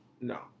no